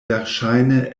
verŝajne